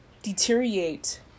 deteriorate